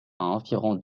environ